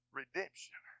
redemption